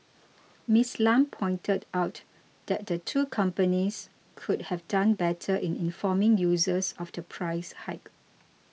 Ms Lam pointed out that the two companies could have done better in informing users of the price hike